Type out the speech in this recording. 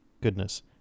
goodness